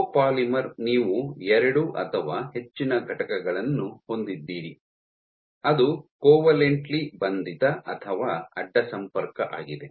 copolymer ನೀವು ಎರಡು ಅಥವಾ ಹೆಚ್ಚಿನ ಘಟಕಗಳನ್ನು ಹೊಂದಿದ್ದೀರಿ ಅದು ಕೋವೆಲೆಂಟ್ಲಿ ಬಂಧಿತ ಅಥವಾ ಅಡ್ಡ ಸಂಪರ್ಕ ಆಗಿದೆ